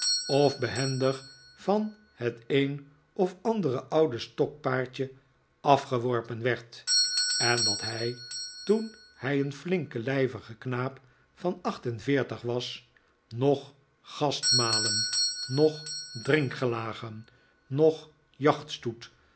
of behendig van het een of andere oude stokpaardje afgeworpen werd en dat hij toen hij een flinke lijvige knaap van acht en veertig was noch gastmalen noch drinkgelagen noch jachtstoet noch